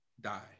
die